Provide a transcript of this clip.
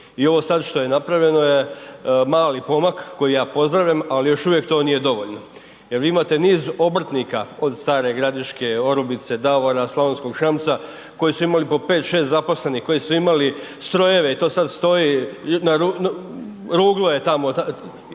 I ovo sad što je napravljeno je mali pomak, koji ja pozdravljam, ali još uvijek to nije dovoljno, jer vi imate niz obrtnika od Stare Gradiške, Orubice, Davora, Slavonskog Šamca koji su imali po 5, 6 zaposlenih, koji su imali strojeve i to sad stoji, ruglo je tamo,